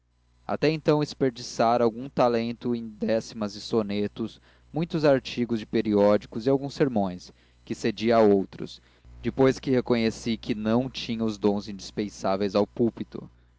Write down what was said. até então esperdiçara algum talento em décimas e sonetos muitos artigos de periódicos e alguns sermões que cedia a outros depois que reconheci que não tinha os dons indispensáveis ao púlpito